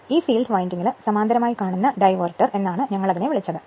ഈ ഫീൽഡ് വിൻഡിംഗിന് സമാന്തരമായി കാണുന്ന ഡൈവർറ്റർ എന്നാണ് ഞങ്ങൾ അതിനെ വിളിച്ചത്